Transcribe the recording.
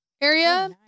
area